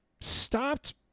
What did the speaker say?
stopped